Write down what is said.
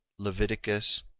leviticus,